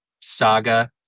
saga